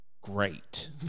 great